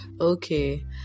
Okay